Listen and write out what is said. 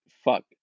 Fuck